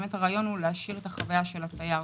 הרעיון הוא להעשיר את חוויית התייר.